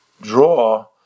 draw